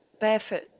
barefoot